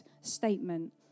statement